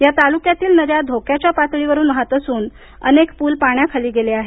या तालुक्यातील नद्या धोक्याच्या पातळी वरून वाहत असून त्यामुळे अनेक पूल पाण्याखाली गेले आहेत